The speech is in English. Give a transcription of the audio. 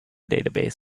database